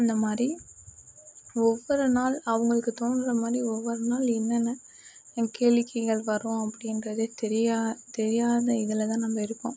அந்தமாதிரி ஒவ்வொரு நாள் அவங்குளுக்கு தோணுற மாதிரி ஒவ்வொரு நாள் என்னென்ன கேளிக்கைகள் வரும் அப்படின்றதே தெரியா தெரியாத இதில்தான் நம்ப இருக்கோம்